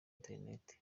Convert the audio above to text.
internet